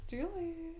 Julie